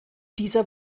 dieser